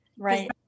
Right